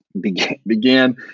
began